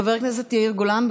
חבר הכנסת יאיר גולן.